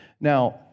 Now